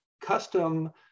custom